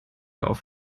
auf